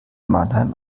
mannheim